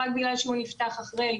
רק בגלל שהוא נפתח אחרי.